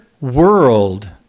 world